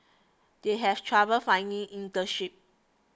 they have trouble finding internship